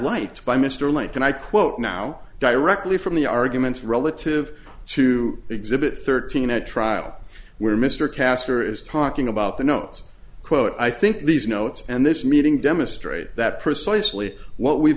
light by mr light can i quote now directly from the arguments relative to exhibit thirteen at trial where mr caster is talking about the notes quote i think these notes and this meeting demonstrate that precisely what we've